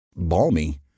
balmy